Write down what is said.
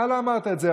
אתה לא אמרת את זה.